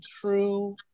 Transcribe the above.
true